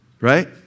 right